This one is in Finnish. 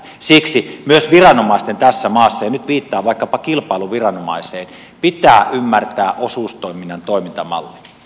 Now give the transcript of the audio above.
siksi myös viranomaisten tässä maassa ja nyt viittaan vaikkapa kilpailuviranomaiseen pitää ymmärtää osuustoiminnan toimintamalli